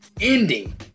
ending